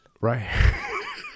Right